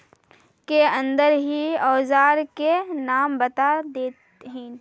के अंदर ही औजार के नाम बता देतहिन?